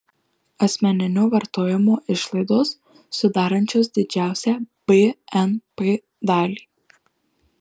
asmeninio vartojimo išlaidos sudarančios didžiausią bnp dalį